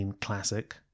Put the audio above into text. classic